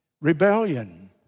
rebellion